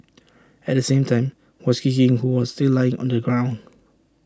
at the same time was kicking who was still lying on the ground